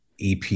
EP